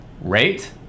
rate